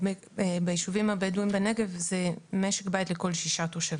בישובים הבדואים בנגב שזה משק בית לכל 6 תושבים.